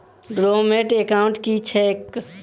Dormant account की छैक?